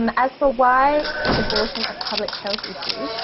um as for why is abortion a public health issue,